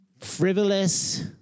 frivolous